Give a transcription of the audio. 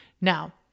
Now